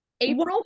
April